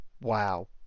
wow